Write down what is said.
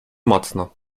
mocno